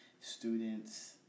students